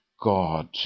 God